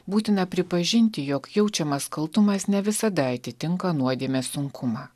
būtina pripažinti jog jaučiamas kaltumas ne visada atitinka nuodėmės sunkumą